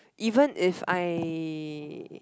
even if I